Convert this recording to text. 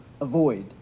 avoid